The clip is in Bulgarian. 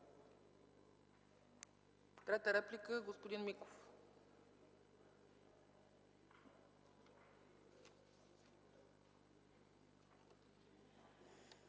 Трета реплика – господин Миков.